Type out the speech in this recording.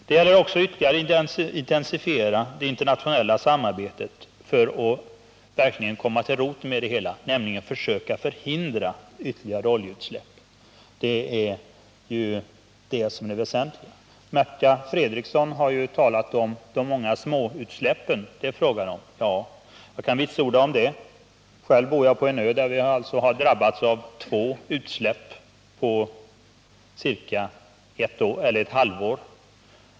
Det gäller också att ytterligare intensifiera det internationella samarbetet för att verkligen komma till roten av det onda, så att man kan hindra ytterligare oljeutsläpp. Det är ju detta som är det väsentliga. Märta Fredrikson har talat om betydelsen av de många småutsläppen, och jag kan vitsorda riktigheten härav. Själv bor jag på en ö, där vi har drabbats av två utsläpp på ett halvår.